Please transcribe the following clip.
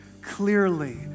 clearly